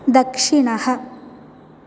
दक्षिणः